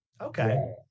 Okay